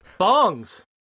Bongs